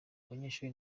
banyeshuri